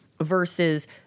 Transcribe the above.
versus